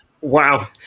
wow